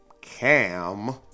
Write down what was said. Cam